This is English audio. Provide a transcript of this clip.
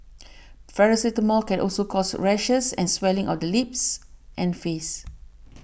paracetamol can also cause rashes and swelling of the lips and face